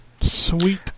Sweet